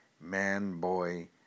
Man-Boy